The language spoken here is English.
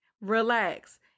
Relax